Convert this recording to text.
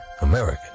American